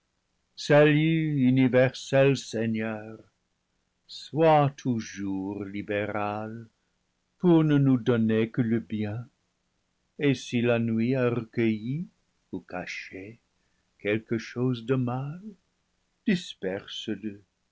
salut universel seigneur sois toujours libéral pour ne nous donner que le bien et si la nuit a recueilli ou caché quelque chose de mal disperse le